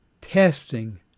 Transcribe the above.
testing